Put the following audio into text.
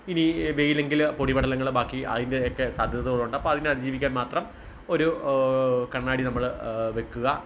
ഇനി വെയിൽ എങ്കിൽ പൊടിപടലങ്ങൾ ബാക്കി അതിൻ്റെ ഒക്കെ സാധ്യതകളുണ്ട് അപ്പോൾ അതിനെ അതിജീവിക്കാൻ മാത്രം ഒരു കണ്ണാടി നമ്മൾ വയ്ക്കുക